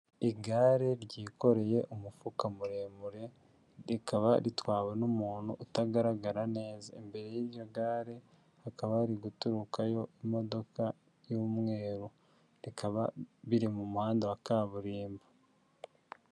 Igare ryikoreye umufuka muremure rikaba ritwawe n'umuntu utagaragara neza imbere y'iryo gare hakaba hari guturukayo imodoka y'umweru rikaba biri mu muhanda wa kaburimbo.